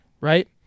right